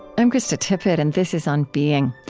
i'm krista tippett and this is on being.